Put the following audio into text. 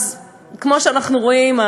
אז כמו שאנחנו רואים,